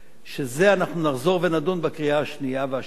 ובזה אנחנו נחזור ונדון לקראת הקריאה השנייה והשלישית,